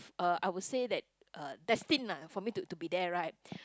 uh I would say that uh destined ah for me to to be there right